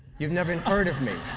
you've never heard of me.